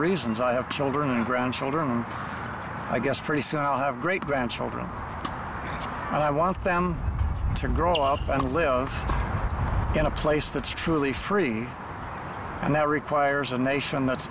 reasons i have children and grandchildren and i guess pretty soon i'll have great grandchildren and i want them to grow up and live in a place that's truly free and that requires a nation that's